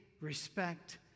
respect